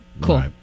Cool